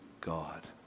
God